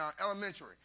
Elementary